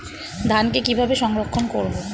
ধানকে কিভাবে সংরক্ষণ করব?